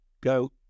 go